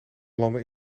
landen